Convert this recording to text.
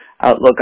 outlook